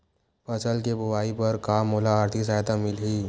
फसल के बोआई बर का मोला आर्थिक सहायता मिलही?